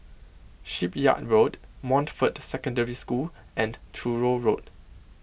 Shipyard Road Montfort Secondary School and Truro Road